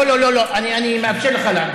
לא, לא, אני מאפשר לך לענות.